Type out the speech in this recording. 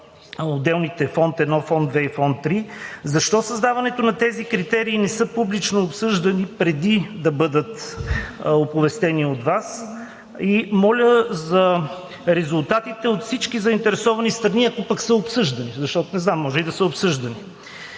отделните – Фонд 1, Фонд 2 и Фонд 3? Защо създаването на тези критерии не са публично обсъждани преди да бъдат оповестени от Вас? И моля за резултатите от всички заинтересовани страни, ако пък са обсъждани? Защото не знам, може и да са обсъждани.